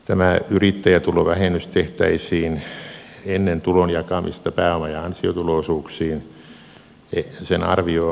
tämä yrittäjätulovähennys tehtäisiin ennen tulon jakamista pääoma ja ansiotulo osuuksiin